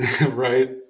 Right